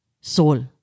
soul